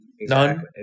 none